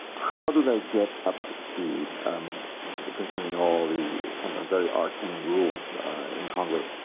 how do they get up to speed um concerning all the sometimes very arcane rules in congress?